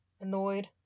annoyed